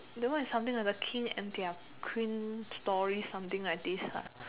that one is something like the king and their queen story something like this ha